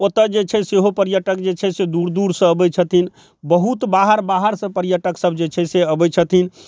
ओतऽ जे छै सेहो पर्यटक जे छै दूर दूरसँ अबै छथिन बहुत बाहर बाहरसँ पर्यटक सब जे छै से अबै छथिन